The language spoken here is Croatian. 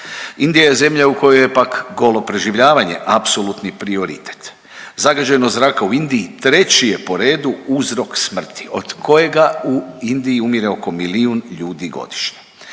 Indija je zemlja u kojoj je pak golo preživljavanje apsolutni prioritet. Zagađenost zraka u Indiji treći je po redu uzrok smrti od kojega u Indiji umire oko milijun ljudi godine.